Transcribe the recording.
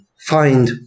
find